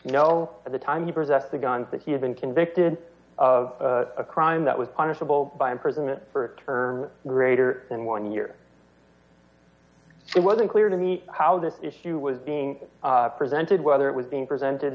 you know at the time you presented the guns that he had been convicted of a crime that was punishable by imprisonment for term greater than one year it was unclear to me how this issue was being presented whether it was being presented